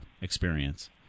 experience